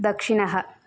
दक्षिणः